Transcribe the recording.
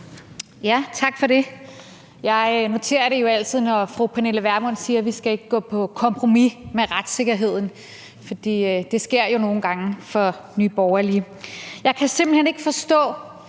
Tak for det. Jeg noterer det jo altid, når fru Pernille Vermund siger, at vi ikke skal gå på kompromis med retssikkerheden, for det sker nogle gange for Nye Borgerlige. Jeg kan simpelt hen ikke forstå,